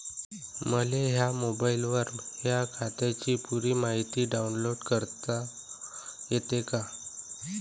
मले माह्या मोबाईलवर माह्या खात्याची पुरी मायती डाऊनलोड करता येते का?